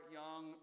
young